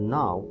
now